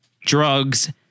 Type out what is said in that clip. drugs